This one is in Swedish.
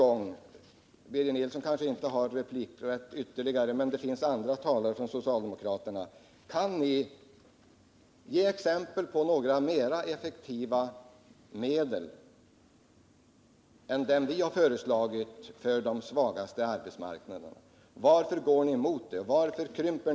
Birger Nilsson har kanske inte rätt till någon ytterligare replik, men det finns ju andra talare från socialdemokraterna, och jag vill därför än en gång ställa följande fråga: Kan ni ge exempel på några mera effektiva medel än dem som vi har föreslagit för de svagaste arbetsmarknaderna? Varför går ni emot våra förslag på den punkten?